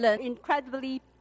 incredibly